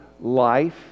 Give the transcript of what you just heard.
life